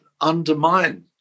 undermine